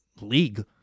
league